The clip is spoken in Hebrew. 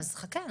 אז חכה,